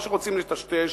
או רוצים לטשטש